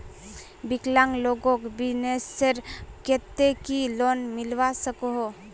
विकलांग लोगोक बिजनेसर केते की लोन मिलवा सकोहो?